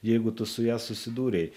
jeigu tu su ja susidūrei